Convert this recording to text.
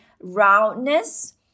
roundness